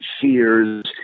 fears